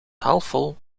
halfvol